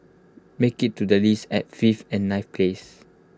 made IT to the list at fifth and ninth place